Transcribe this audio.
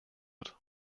wird